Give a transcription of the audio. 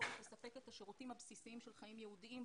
היכולת לספק את השירותים הבסיסיים של חיים יהודיים,